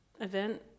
event